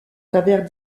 travers